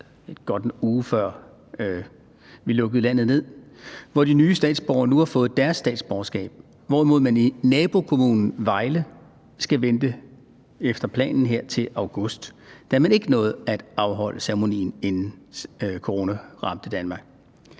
– godt en uge, før vi lukkede landet ned – og de nye statsborgere har nu fået deres statsborgerskab, hvorimod man i nabokommunen Vejle efter planen her skal vente til august, da man ikke nåede at afholde ceremonien, inden coronaen ramte Danmark.